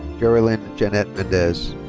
gerilynne janette mendez.